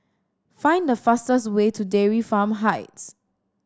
find the fastest way to Dairy Farm Heights